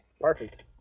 Perfect